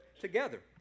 together